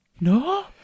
No